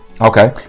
Okay